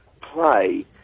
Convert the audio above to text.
play